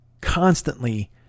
constantly